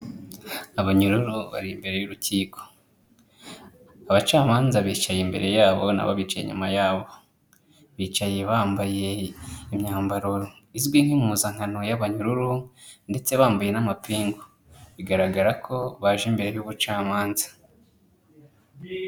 Abanyururu bari imbere y'urukiko. Abacamanza bicaye imbere yabo na bo bicaye inyuma yabo. Bicaye bambaye imyambaro izwi nk'impuzankano y'abanyururu ndetse bambaye n'amapingu. Bigaragara ko baje imbere y'ubucamanza.